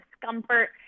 discomfort